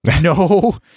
No